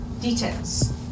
details